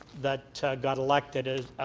that got elected